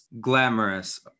glamorous